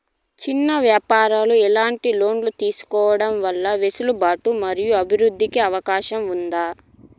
చిన్న వ్యాపారాలు ఎట్లాంటి లోన్లు తీసుకోవడం వల్ల వెసులుబాటు మరియు అభివృద్ధి కి అవకాశం ఉంది?